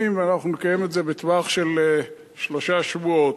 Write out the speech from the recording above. ואנחנו נקיים את זה בטווח של שלושה שבועות.